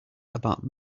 about